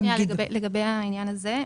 לגבי העניין הזה,